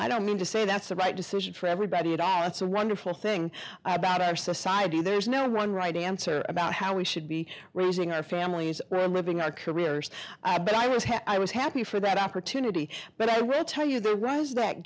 i don't mean to say that's the right decision for everybody at all it's a wonderful thing about our society there's no run right answer about how we should be raising our families living our careers i but i was happy i was happy for that opportunity but i will tell you the rose that